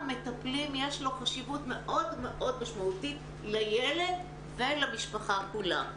מטפלים יש חשיבות מאוד מאוד משמעותית לילד ולמשפחה כולה.